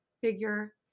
figure